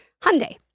Hyundai